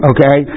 Okay